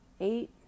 eight